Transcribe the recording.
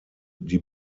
die